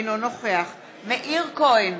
אינו נוכח מאיר כהן,